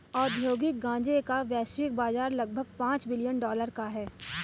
औद्योगिक गांजे का वैश्विक बाजार लगभग पांच बिलियन डॉलर का है